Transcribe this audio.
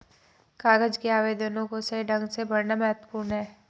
कागज के आवेदनों को सही ढंग से भरना महत्वपूर्ण है